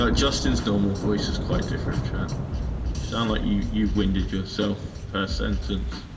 ah justin's normal voice is quite different chat sound like you you've winded yourself per sentence